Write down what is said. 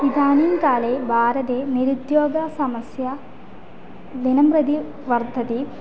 इदानीं काले भारते निरुद्योगसमस्या दिनं प्रति वर्धते